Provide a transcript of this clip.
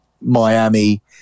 Miami